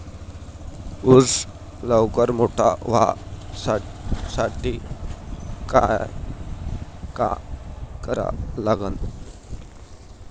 ऊस लवकर मोठा व्हासाठी का करा लागन?